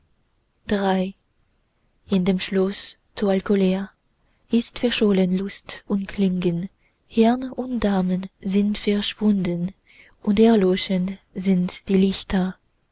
in dem schloß zu alkolea ist verschollen lust und klingen herrn und damen sind verschwunden und erloschen sind die lichter